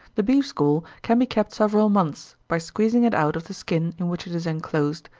the beef's gall can be kept several months, by squeezing it out of the skin in which it is enclosed,